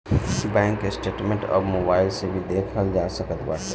bank statement अब mobile से भी देखल जा सकत बाटे